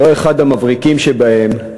לא אחד המבריקים שבהם,